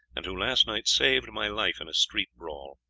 and who last night saved my life in a street brawl.